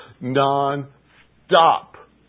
Non-stop